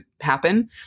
happen